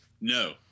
No